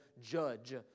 Judge